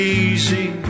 easy